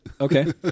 Okay